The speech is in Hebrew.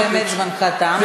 אבל עכשיו באמת זמנך תם.